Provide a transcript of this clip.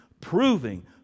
proving